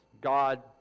God